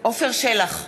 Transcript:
עפר שלח,